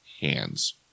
hands